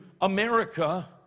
America